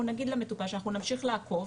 אנחנו נגיד למטופל שאנחנו נמשיך לעקוב.